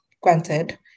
granted